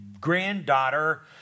granddaughter